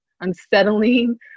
unsettling